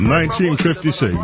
1956